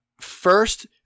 first